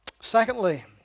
Secondly